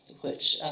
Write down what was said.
which,